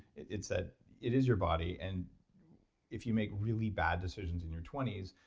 it's that it is your body and if you make really bad decisions in your twenty s,